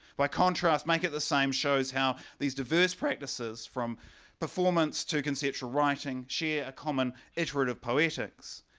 by contrast, make it the same shows how these diverse practices from performance to conceptual writing share a common iterative poetics.